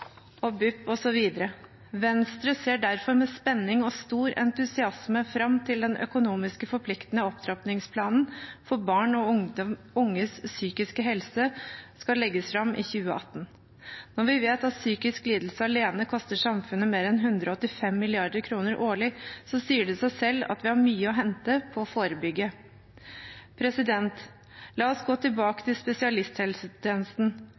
BUP osv. Venstre ser derfor med spenning og stor entusiasme fram til at den økonomisk forpliktende opptrappingsplanen for barn og unges psykiske helse skal legges fram i 2018. Når vi vet at psykiske lidelser alene koster samfunnet mer enn 185 mrd. kr årlig, sier det seg selv at vi har mye å hente ved å forebygge. La oss gå tilbake